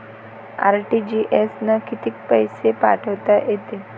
RTGS न कितीक पैसे पाठवता येते?